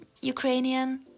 Ukrainian